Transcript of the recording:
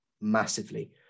massively